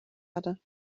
other